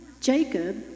Jacob